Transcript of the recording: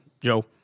Joe